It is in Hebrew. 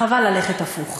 חבל ללכת הפוך.